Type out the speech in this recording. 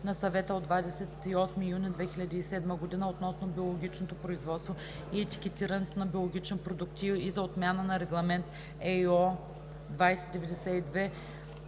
на Съвета от 28 юни 2007 г. относно биологичното производство и етикетирането на биологични продукти и за отмяна на Регламент (ЕИО)